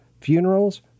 funerals